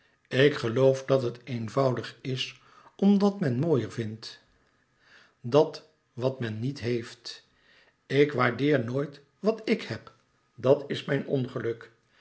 ik geloof dat het eenvoudig is omdat men mooier vindt dat wat men niet heeft ik waardeer nooit wat ik heb dat is mijn ongeluk